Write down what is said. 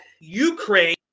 Ukraine